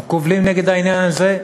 אנחנו קובלים נגד העניין הזה,